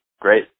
great